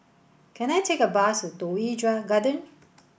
can I take a bus Toh Yi Garden